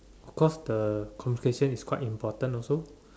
of course the communication is quite important also